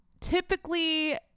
typically